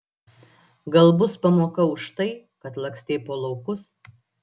gal bus pamoka už tai kad lakstei po laukus